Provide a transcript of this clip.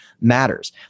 matters